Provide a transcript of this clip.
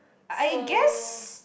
so